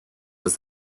was